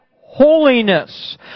holiness